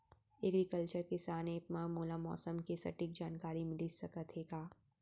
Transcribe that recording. Agriculture किसान app मा मोला मौसम के सटीक जानकारी मिलिस सकत हे का?